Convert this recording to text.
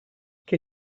che